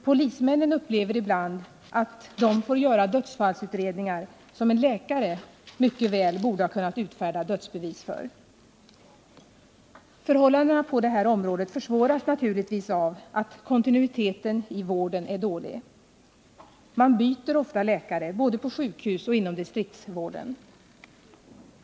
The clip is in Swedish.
Polismännen upplever ibland att de får göra dödsfallsutredningar då en läkare mycket väl borde ha kunnat utfärda dödsbevis. Förhållandena på det här området försvåras naturligtvis av att kontinuiteten i vården är dålig. Man byter ofta läkare både på sjukhus och inom distriktsvården.